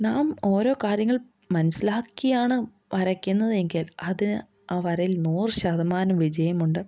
നാം ഓരോ കാര്യങ്ങൾ മനസ്സിലാക്കിയാണ് വരയ്ക്കുന്നത് എങ്കിൽ അതിന് ആ വരയിൽ നൂറ് ശതമാനം വിജയം ഉണ്ട്